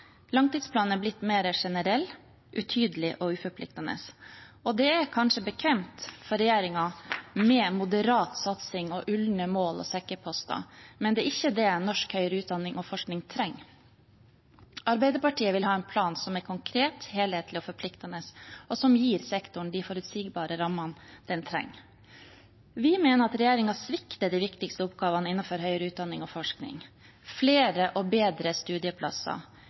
Langtidsplanen er blitt mer generell, utydelig og uforpliktende. Det er kanskje bekvemt for regjeringen med moderat satsing, ulne mål og sekkeposter, men det er ikke det norsk høyere utdanning og forskning trenger. Arbeiderpartiet vil ha en plan som er konkret, helhetlig og forpliktende, og som gir sektoren de forutsigbare rammene den trenger. Vi mener at regjeringen svikter de viktigste oppgavene innenfor høyere utdanning og forskning: flere og bedre studieplasser,